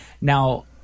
Now